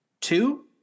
Two